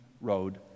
road